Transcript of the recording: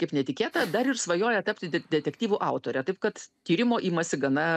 kaip netikėta dar ir svajoja tapti de detektyvų autore taip kad tyrimo imasi gana